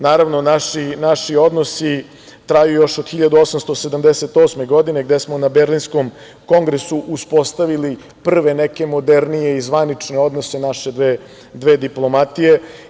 Naravno, naši odnosi traju još od 1878. godine gde smo na Berlinskom kongresu uspostavili neke prve modernije i zvanične odnose naše dve diplomatije.